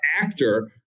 actor